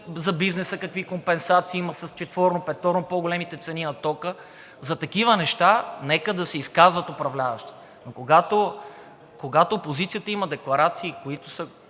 За бизнеса какви компенсации има с четворно, петорно по-големите цени на тока. За такива неща нека да се изказват управляващите. Но когато опозицията има декларации, които са